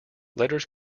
letters